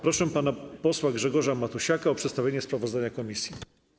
Proszę pana posła Grzegorza Matusiaka o przedstawienie sprawozdania komisji.